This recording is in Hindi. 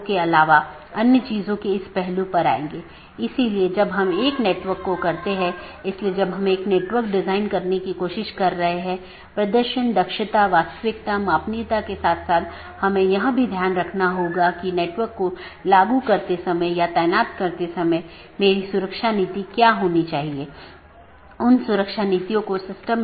कैसे यह एक विशेष नेटवर्क से एक पैकेट भेजने में मदद करता है विशेष रूप से एक ऑटॉनमस सिस्टम से दूसरे ऑटॉनमस सिस्टम में